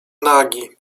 nagi